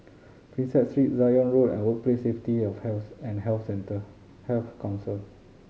Prinsep Street Zion Road and Workplace Safety of Health and Health Centre Health Council